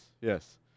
yes